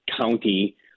county